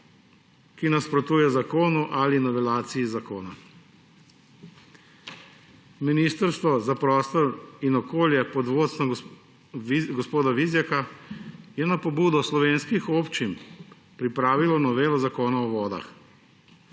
ki nasprotuje zakonu ali novelaciji zakona. Ministrstvo za prostor in okolje, pod vodstvom gospoda Vizjaka, je na pobudo slovenskih občin pripravilo novelo Zakona o vodah.